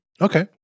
Okay